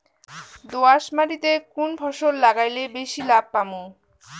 দোয়াস মাটিতে কুন ফসল লাগাইলে বেশি লাভ পামু?